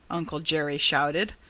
uncle jerry shouted.